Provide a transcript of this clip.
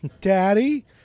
Daddy